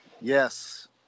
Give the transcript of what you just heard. Yes